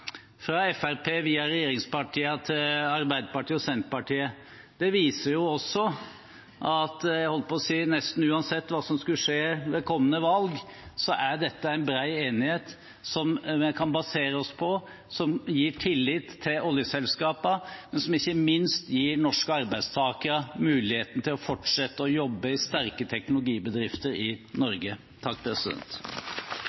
nesten uansett hva som skulle skje ved det kommende valget, er dette en bred enighet som vi kan basere oss på, som gir tillit til oljeselskapene, og som ikke minst gir norske arbeidstakere muligheten til å fortsette å jobbe i sterke teknologibedrifter i